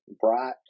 bright